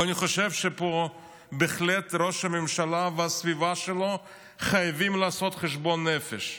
אני חושב שפה בהחלט ראש הממשלה והסביבה שלו חייבים לעשות חשבון נפש.